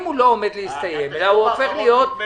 אם הוא לא עומד להסתיים אלא הוא הופך להיות